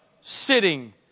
sitting